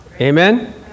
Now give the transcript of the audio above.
Amen